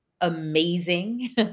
amazing